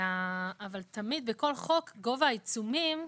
אבל תמיד בכל חוק גובה העיצומים,